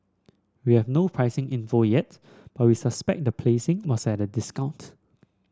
we have no pricing info yet but suspect the placing was at a discount